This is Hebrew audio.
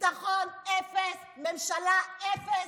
ביטחון אפס, ממשלה אפס,